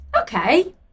Okay